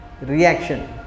reaction